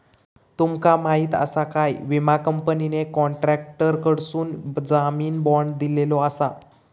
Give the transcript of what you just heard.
तुमका माहीत आसा काय, विमा कंपनीने कॉन्ट्रॅक्टरकडसून जामीन बाँड दिलेलो आसा